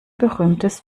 berühmtes